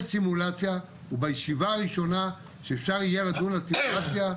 סימולציה בישיבה הראשונה שאפשר יהיה לדון על סימולציה.